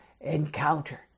encounter